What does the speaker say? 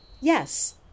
Yes